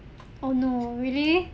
oh no really